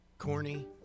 Corny